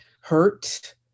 hurt